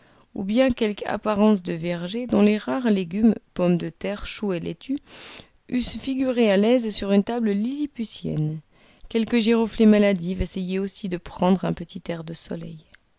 ou bien quelque apparence de verger dont les rares légumes pommes de terre choux et laitues eussent figuré à l'aise sur une table lilliputienne quelques giroflées maladives essayaient aussi de prendre un petit air de soleil